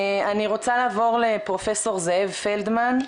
אני רוצה לעבור לפרופסור זאב פלדמן,